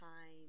time